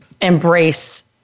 embrace